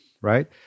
right